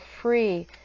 free